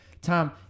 tom